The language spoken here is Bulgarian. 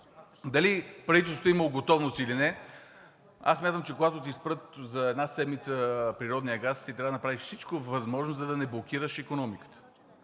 Дали правителството е имало готовност или не – аз смятам, че когато ти спрат за една седмица природния газ, ти трябва да направиш всичко възможно, за да не блокираш икономиката.